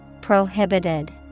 Prohibited